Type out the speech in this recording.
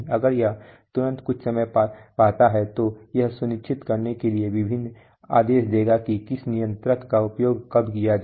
अगर यह तुरंत कुछ समस्या पाता है तो यह सुनिश्चित करने के लिए विभिन्न आदेश देगा कि किस नियंत्रक का उपयोग कब किया जाए